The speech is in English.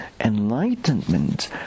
enlightenment